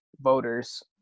voters